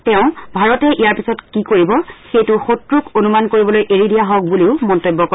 তেওঁ কয় ভাৰতে ইয়াৰ পিছত কি কৰিব সেইটো শক্ৰক অনুমান কৰিবলৈ এৰি দিয়া হওক বুলিও মন্তব্য কৰে